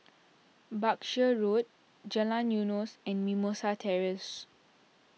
Berkshire Road Jalan Eunos and Mimosa Terrace